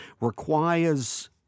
requires